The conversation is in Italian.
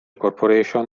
corporation